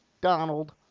Donald